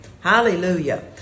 Hallelujah